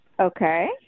Okay